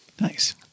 Nice